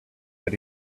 that